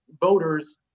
voters